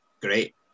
great